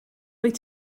rwyt